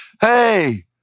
hey